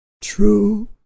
True